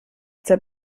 zur